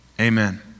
Amen